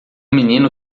menino